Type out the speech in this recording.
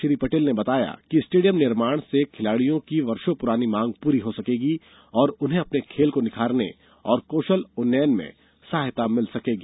श्री पटेल ने बताया कि स्टेडियम निर्माण से खिलाड़ियों की वर्षों पुरानी मांग पूरी हो सकेगी और उन्हें अपने खेल को निखारने और कौशल उन्नयन में सहायता मिल सकेगी